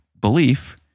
belief